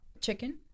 Chicken